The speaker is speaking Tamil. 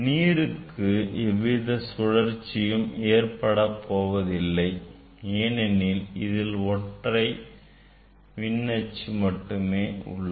நீருக்கு எவ்வித சுழற்சியும் ஏற்படப் போவதில்லை ஏனெனில் இதில் ஒற்றை மின் அச்சு மட்டுமே உள்ளது